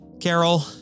Carol